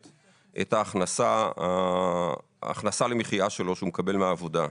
את ההכנסה למחיה שלו שהוא מקבל מהעבודה.